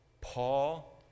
Paul